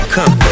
Come